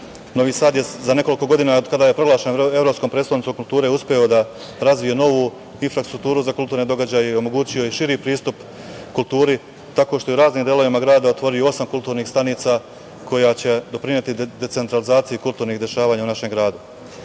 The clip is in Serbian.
Novi Sad je za nekoliko godina, od kada je proglašen evropskom prestonicom kulture, uspeo da razvije novu infrastrukturu za kulturne događaje i omogućio je širi pristup kulturi tako što je u raznim delovima grada otvorio osam kulturnih stanica koje će doprineti decentralizaciji kulturnih dešavanja u našem gradu.